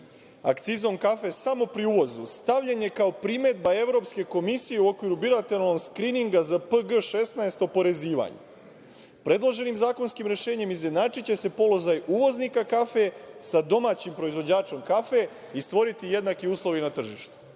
akcizom kafe samo pri uvozu stavljen je kao primedba Evropske komisije u okviru bilateralnog skrininga za PG-16 oporezivanje. Predloženim zakonskim rešenjem izjednačiće se položaj uvoznika kafe sa domaćim proizvođačem kafe, i stvoriti jednaki uslovi na tržištu. Što